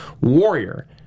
Warrior